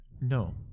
No